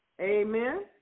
Amen